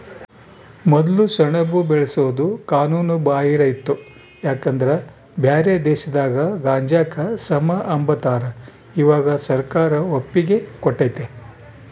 ಮೊದ್ಲು ಸೆಣಬು ಬೆಳ್ಸೋದು ಕಾನೂನು ಬಾಹಿರ ಇತ್ತು ಯಾಕಂದ್ರ ಬ್ಯಾರೆ ದೇಶದಾಗ ಗಾಂಜಾಕ ಸಮ ಅಂಬತಾರ, ಇವಾಗ ಸರ್ಕಾರ ಒಪ್ಪಿಗೆ ಕೊಟ್ಟತೆ